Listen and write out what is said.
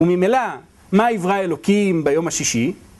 וממילא, מה יברא אלוקים ביום השישי?